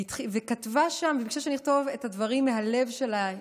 והיא ביקשה שאני אכתוב את הדברים מהלב שלה,